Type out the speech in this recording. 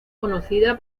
conocida